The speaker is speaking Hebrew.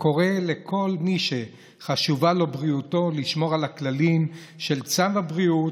וקורא לכל מי שחשובה לו בריאותו לשמור על הכללים של צו הבריאות.